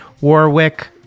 Warwick